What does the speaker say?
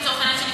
לצורך העניין,